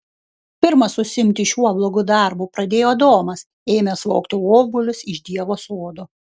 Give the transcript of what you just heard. pirmas užsiimti šiuo blogu darbu pradėjo adomas ėmęs vogti obuolius iš dievo sodo